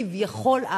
כביכול,